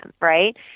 right